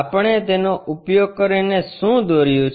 આપણે તેનો ઉપયોગ કરીને શું દોર્યું છે